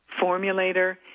formulator